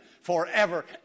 forever